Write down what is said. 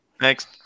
next